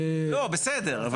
לא, בסדר.